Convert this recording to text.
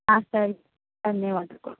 ಹಾಂ ಸರಿ ಧನ್ಯವಾದಗಳು